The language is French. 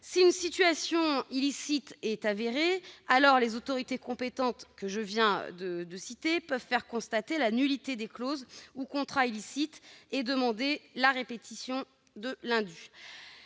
Si une situation illicite est avérée, les autorités compétentes que je viens de citer peuvent faire constater la nullité des clauses ou des contrats illicites et demander la répétition de l'indu.